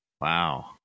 Wow